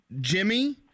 Jimmy